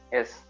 Yes